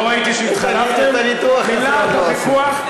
לא ראיתי שהתחלפתם, בלהט הוויכוח.